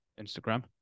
Instagram